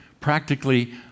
practically